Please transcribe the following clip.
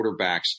quarterbacks